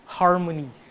harmony